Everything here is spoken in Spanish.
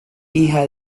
hija